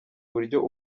uburyo